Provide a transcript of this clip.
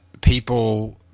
people